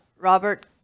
Robert